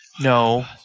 No